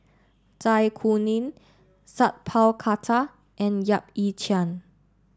Zai Kuning Sat Pal Khattar and Yap Ee Chian